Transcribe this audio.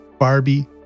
Barbie